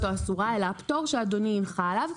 או אסורה אלא הפטור שאדוני הנחה עליו,